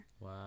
Wow